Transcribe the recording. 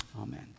Amen